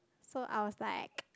so I was like